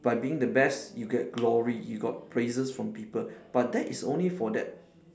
by being the best you get glory you get praises from people but that is only for that